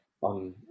on